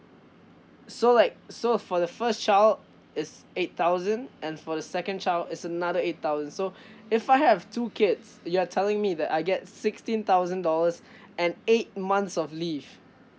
so like so for the first child is eight thousand and for the second child is another eight thousand so if I have two kids you are telling me that I get sixteen thousand dollars and eight months of leave